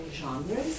genres